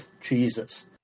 Jesus